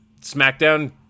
SmackDown